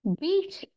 beach